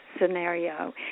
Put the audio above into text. scenario